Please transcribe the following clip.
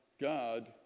God